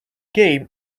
game